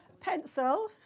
Pencil